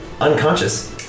unconscious